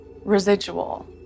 residual